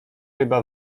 ryba